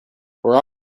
where